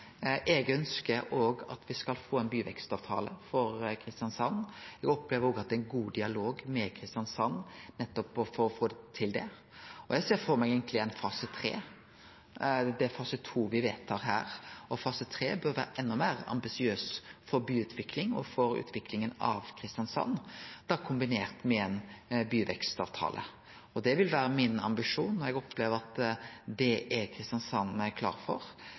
Eg ønskjer at me skal få ein byvekstavtale for Kristiansand, og eg opplever at det er ein god dialog med Kristiansand for å få til det. Eg ser for meg ein fase 3 – det er fase 2 me vedtar her – og fase 3 bør vere enda meir ambisiøs for byutvikling og for utviklinga av Kristiansand, kombinert med ein byvekstavtale. Det vil vere min ambisjon, og eg opplever at det er Kristiansand klar for – den positiviteten til å tenkje byvekstavtale òg der. Og me